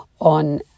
on